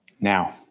Now